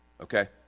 okay